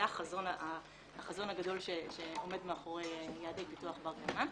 החזון הגדול שעומד מאחורי יעדי פיתוח בר קיימא.